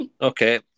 Okay